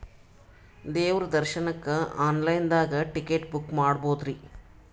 ದೇವ್ರ ದರ್ಶನಕ್ಕ online ದಾಗ ಟಿಕೆಟ ಬುಕ್ಕ ಮಾಡ್ಬೊದ್ರಿ?